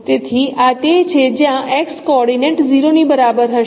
તેથી આ તે છે જ્યાં X કોઓર્ડિએંટ 0 ની બરાબર હશે